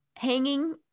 Hanging